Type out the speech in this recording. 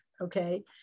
okay